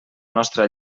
nostra